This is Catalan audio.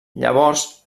llavors